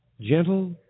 Gentle